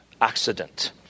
accident